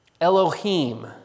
Elohim